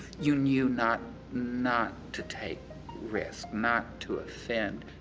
you knew not not to take risks, not to offend.